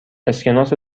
اسکناس